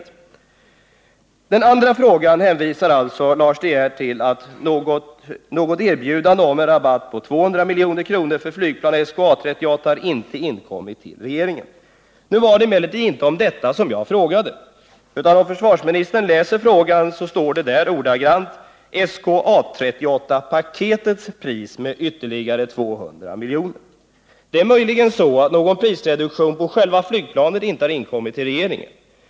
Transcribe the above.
Som svar på den andra frågan säger alltså Lars De Geer: ”Något erbjudande om en rabatt på 200 milj.kr. för flygplan SK 38 A 38-paketets pris med ytterligare 200 milj.kr.” Det är möjligen så att något erbjudande om prisreduktion på själva flygplanet inte har inkommit till regeringen.